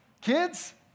kids